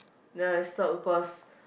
then I stop cause